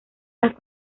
las